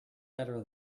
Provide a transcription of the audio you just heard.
better